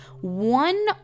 One